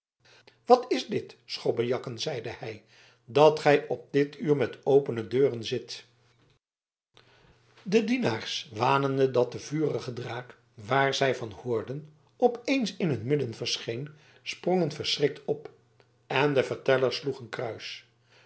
wat is dit schobbejakken zeide hij dat gij op dit uur met opene deuren zit de dienaars wanende dat de vurige draak waar zij van hoorden op eens in hun midden verscheen sprongen verschrikt op en de verteller sloeg een kruis